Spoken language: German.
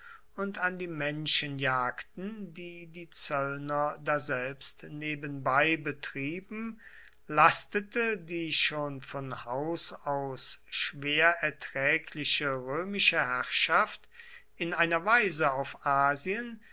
und an die menschenjagden die die zöllner daselbst nebenbei betrieben lastete die schon von haus aus schwer erträgliche römische herrschaft in einer weise auf